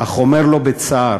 אך אומר לו בצער: